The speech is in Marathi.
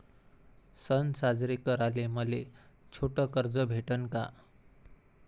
सन साजरे कराले मले छोट कर्ज भेटन का?